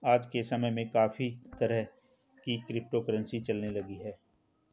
आज के समय में काफी तरह की क्रिप्टो करंसी चलने लगी है